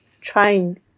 trying